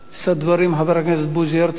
יישא דברים חבר הכנסת בוז'י הרצוג.